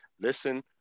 Listen